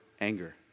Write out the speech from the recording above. anger